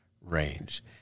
range